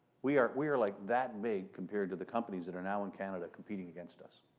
we are we are like that big compared to the companies that are now in canada competing against us.